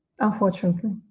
Unfortunately